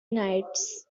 nights